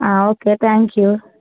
okay thank you